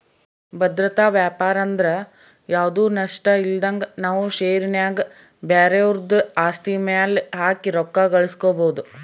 ಭದ್ರತಾ ವ್ಯಾಪಾರಂದ್ರ ಯಾವ್ದು ನಷ್ಟಇಲ್ದಂಗ ನಾವು ಷೇರಿನ್ಯಾಗ ಬ್ಯಾರೆವುದ್ರ ಆಸ್ತಿ ಮ್ಯೆಲೆ ಹಾಕಿ ರೊಕ್ಕ ಗಳಿಸ್ಕಬೊದು